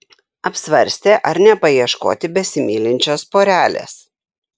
apsvarstė ar nepaieškoti besimylinčios porelės